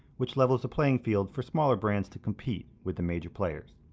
which levels the playing field for smaller brands to compete with the major players.